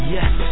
Yes